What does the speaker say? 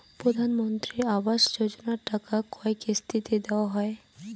প্রধানমন্ত্রী আবাস যোজনার টাকা কয় কিস্তিতে দেওয়া হয়?